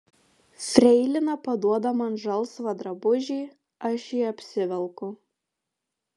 freilina paduoda man žalsvą drabužį aš jį apsivelku